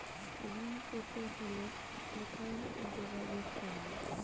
ঋণ পেতে হলে কোথায় যোগাযোগ করব?